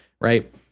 Right